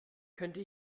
könnte